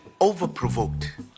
over-provoked